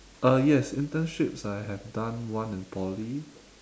uh yes internships I have done one in poly